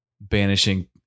banishing